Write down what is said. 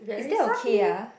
is that okay ah